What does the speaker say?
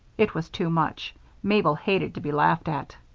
it was too much mabel hated to be laughed at.